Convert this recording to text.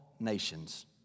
Nations